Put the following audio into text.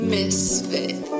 Misfit